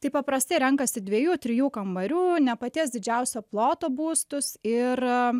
tai paprastai renkasi dviejų trijų kambarių ne paties didžiausio ploto būstus ir